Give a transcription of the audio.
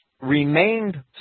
remained